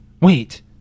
Wait